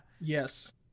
Yes